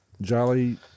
Jolly